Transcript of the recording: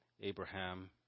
Abraham